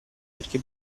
perché